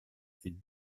ville